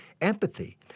empathy